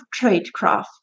tradecraft